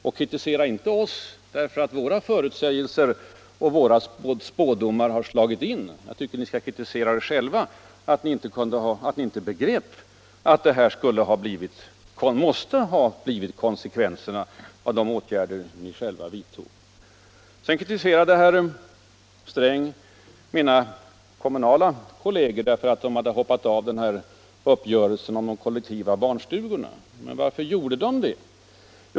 Och kritisera inte oss därför att våra förutsägelser och våra spådomar har slagit in! Jag tycker ni skall kritisera er själva för att ni inte begrep att detta måste bli konsekvenserna av de åtgärder som ni själva vidtog. Herr Sträng kritiserade mina kommunala kolleger därför att de hade hoppat av uppgörelsen om de kollektiva barnstugorna. Men varför gjorde de det?